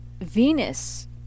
Venus